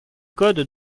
code